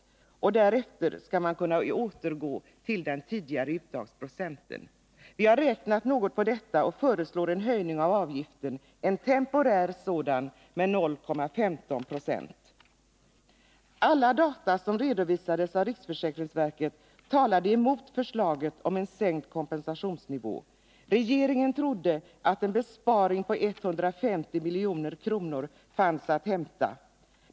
Därefter skall man kunna återgå till den tidigare uttagsprocenten. Vi har räknat något på detta och föreslår en temporär höjning av avgiften med 0,15 90. Alla data som redovisades av riksförsäkringsverket talade emot förslaget om en sänkt kompensationsnivå. Regeringen trodde att en besparing på 150 milj.kr. fanns att hämta.